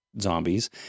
zombies